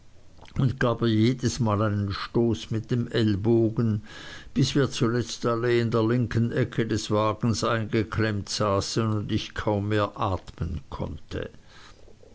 und gab ihr jedesmal einen stoß mit dem ellbogen bis wir zuletzt alle in der linken ecke des wagens eingeklemmt saßen und ich kaum mehr atmen konnte